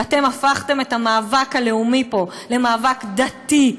ואתם הפכתם את המאבק הלאומי פה למאבק דתי,